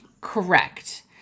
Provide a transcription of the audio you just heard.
Correct